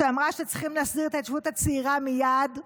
שאמרה שצריכים להסדיר את ההתיישבות הצעירה מייד,